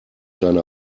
deine